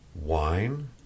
Wine